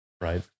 Right